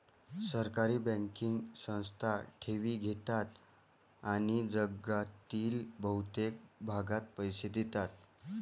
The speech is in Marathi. सहकारी बँकिंग संस्था ठेवी घेतात आणि जगातील बहुतेक भागात पैसे देतात